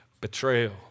betrayal